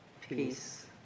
Peace